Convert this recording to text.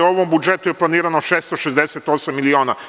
U ovom budžetu je planirano 668 miliona.